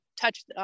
touch